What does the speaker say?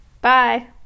Bye